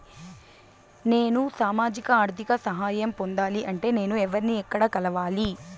నేను సామాజిక ఆర్థిక సహాయం పొందాలి అంటే నేను ఎవర్ని ఎక్కడ కలవాలి?